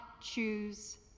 choose